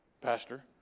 pastor